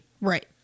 Right